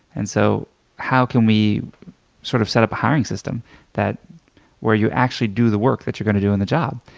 and so how can we sort of set up a hiring system where you actually do the work that you're gonna do on the job,